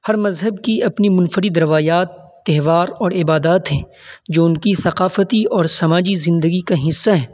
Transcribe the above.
ہر مذہب کی اپنی منفرد روایات تہوار اور عبادات ہیں جو ان کی ثقافتی اور سماجی زندگی کا حصہ ہیں